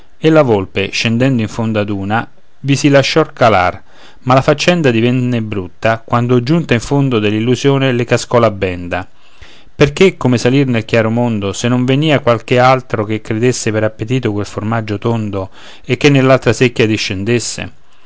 e la volpe sedendo in fondo ad una vi si lasciò calar ma la faccenda divenne brutta quando giunta in fondo dell'illusione le cascò la benda perché come salir nel chiaro mondo se non venìa qualche altro che credesse per appetito quel formaggio tondo e che nell'altra secchia discendesse